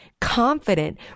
confident